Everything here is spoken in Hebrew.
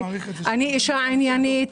אני אישה עניינית,